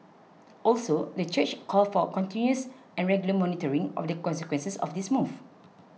also the church called for continuous and regular monitoring of the consequences of this move